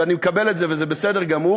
ואני מקבל את זה וזה בסדר גמור.